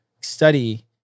study